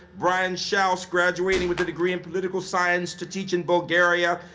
brian shouse, graduating with a degree in political science to teach in bulgaria.